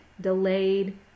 delayed